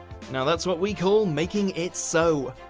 now, that's what we call making it so.